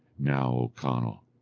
now, o conall,